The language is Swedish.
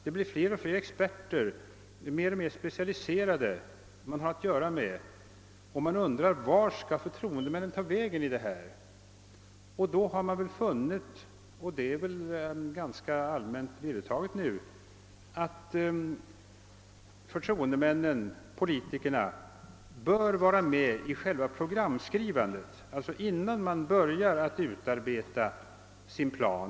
Det blir fler och fler experter, allt blir mer och mer specialiserat och man undrar: Vart tar föriroendemännen vägen i denna process? Då har man väl funnit — det är nog ganska allmänt vedertaget numera — att förtroendemännen-politikerna bör vara med i själva programskrivandet, d.v.s. innan man börjar utarbeta sin plan.